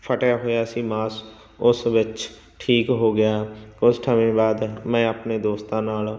ਫਟਿਆ ਹੋਇਆ ਸੀ ਮਾਸ ਉਸ ਵਿੱਚ ਠੀਕ ਹੋ ਗਿਆ ਕੁਛ ਸਮੇਂ ਬਾਅਦ ਮੈਂ ਆਪਣੇ ਦੋਸਤਾਂ ਨਾਲ